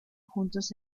juntos